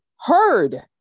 heard